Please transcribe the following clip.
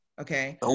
Okay